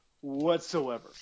whatsoever